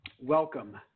Welcome